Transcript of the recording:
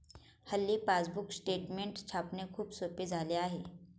हल्ली passbook statement छापणे खूप सोपे झाले आहे